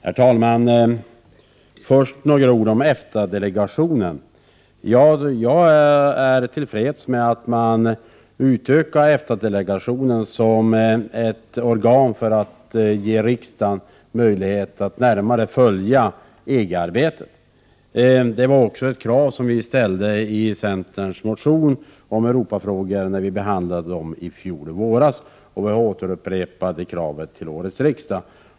Herr talman! Först vill jag säga några ord om EFTA-delegationen. Jag är till freds med att EFTA-delegationen utökas som ett organ för att ge riksdagen möjlighet att närmare följa EG-arbetet. Det var också ett krav som vi ställde i centerns motion om Europafrågor när de behandlades i fjol vår, och vi har upprepat kravet till årets riksdag.